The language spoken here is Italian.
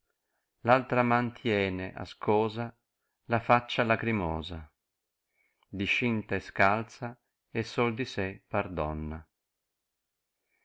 altra mantiene ascosa la faccia lagrìmosa discinta e tcalxa e sol di sé par doom